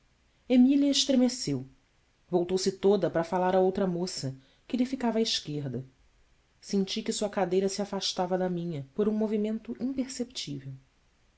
emília estremeceu voltou-se toda para falar a outra moça que lhe ficava à esquerda senti que sua cadeira se afastava da minha por um movimento imperceptível